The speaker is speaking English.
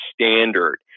standard